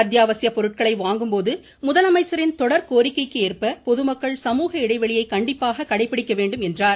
அத்தியாசிய பொருட்களை வாங்கும் போது கொடர் கோரிக்கைக்கு ஏற்ப பொதுமக்கள் சமூக இடைவெளியை கண்டிப்பாக கடைபிடிக்க வேண்டும் என்றார்